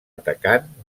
atacant